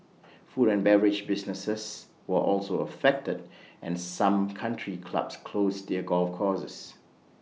food and beverage businesses were also affected and some country clubs closed their golf courses